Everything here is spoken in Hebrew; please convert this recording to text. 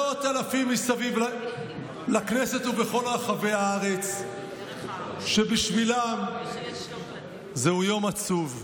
מאות אלפים מסביב לכנסת ובכל רחבי הארץ שבשבילם זהו יום עצוב.